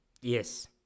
Yes